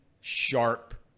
sharp